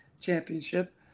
championship